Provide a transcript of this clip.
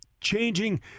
changing